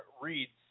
reads